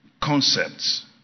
concepts